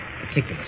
particular